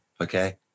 okay